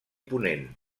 ponent